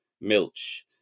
Milch